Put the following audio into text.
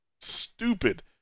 stupid